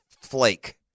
flake